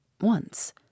Once